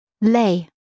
Lay